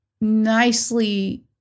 nicely